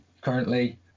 currently